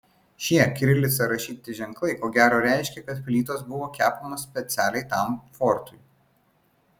šie kirilica rašyti ženklai ko gero reiškia kad plytos buvo kepamos specialiai tam fortui